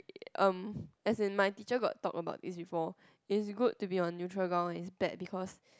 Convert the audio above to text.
erm as in my teacher got talk about this before is good to be on neutral ground it's bad because